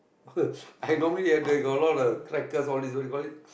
I normally they got a lot of crackers all this what do you call it